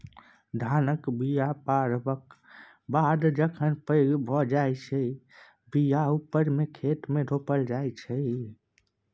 धानक बीया पारबक बाद जखन पैघ भए जाइ छै बीया उपारि खेतमे रोपल जाइ छै